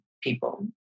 people